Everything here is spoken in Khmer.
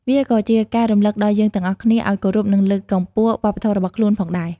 វាក៏ជាការរំលឹកដល់យើងទាំងអស់គ្នាឲ្យគោរពនិងលើកកម្ពស់វប្បធម៌របស់ខ្លួនផងដែរ។